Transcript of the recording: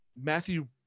Matthew